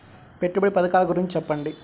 పెట్టుబడి పథకాల గురించి చెప్పండి?